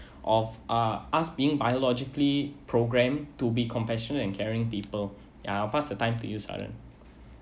of ah asked being biologically programmed to be compassionate and caring people ya I pass the time to you saran